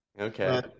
okay